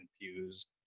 infused